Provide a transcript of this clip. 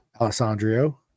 Alessandro